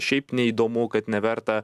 šiaip neįdomu kad neverta